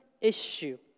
issue